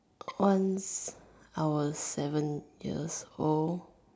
once I was seven years old